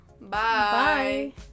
Bye